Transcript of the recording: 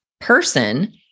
person